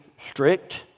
strict